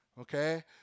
okay